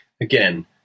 Again